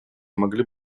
могли